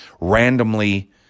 randomly